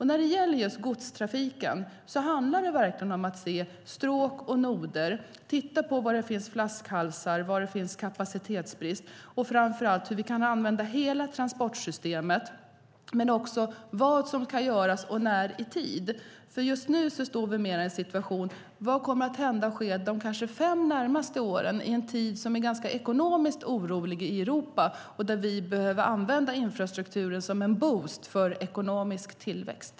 När det gäller godstrafiken handlar det om att verkligen se stråk och noder och titta på var det finns flaskhalsar och kapacitetsbrist. Det gäller framför allt hur vi kan använda hela transportsystemet men också om vad som ska göras och när i tid. Nu står vi en situation där vi frågar oss: Vad kommer att hända och ske de fem närmaste åren? Det är en tid som är ganska ekonomiskt orolig i Europa och där vi behöver använda infrastrukturen som en boost för ekonomisk tillväxt.